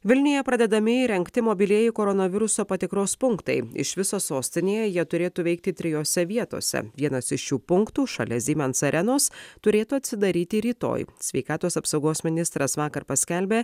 vilniuje pradedami įrengti mobilieji koronaviruso patikros punktai iš viso sostinėje jie turėtų veikti trijose vietose vienas iš šių punktų šalia siemens arenos turėtų atsidaryti rytoj sveikatos apsaugos ministras vakar paskelbė